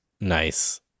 Nice